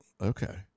okay